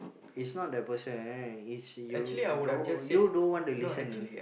is not the person is you y~ you don't want to listen